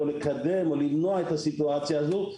לקדם או למנוע את הסיטואציה הזו.